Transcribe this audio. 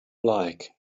like